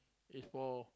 is for